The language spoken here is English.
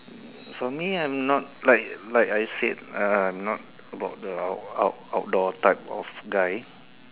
for me I'm not like like I said uh I'm not about the out~ out~ outdoor type of guy